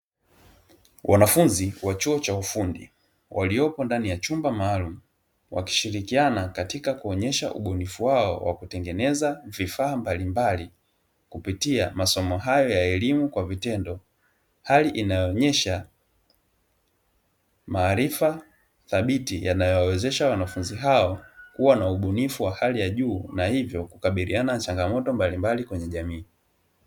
Wanafunzi wa chuo cha ufundi waliopo ndani ya chumba maalumu, wakishirikiana katika kuonyesha ubunifu wao wa kutengeneza vifaa mbalimbali, kupitia masomo hayo ya elimu kwa vitendo. Hali inayoonyesha maarifa thabiti yanayowawezesha wanafunzi hao, kuwa na ubunifu wa hali ya juu na hivyo kukabiliana na changamoto mbalimbali kwenye jamii.